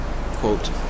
quote